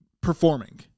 performing